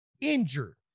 injured